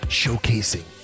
showcasing